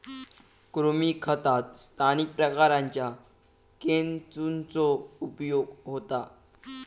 कृमी खतात स्थानिक प्रकारांच्या केंचुचो प्रयोग होता